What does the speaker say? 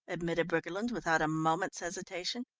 admitted briggerland without a moment's hesitation.